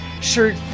shirt